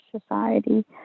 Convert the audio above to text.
society